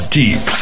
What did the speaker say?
deep